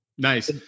Nice